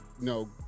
no